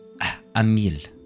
Amil